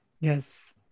Yes